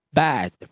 bad